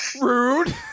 Rude